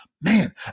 Man